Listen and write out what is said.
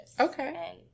Okay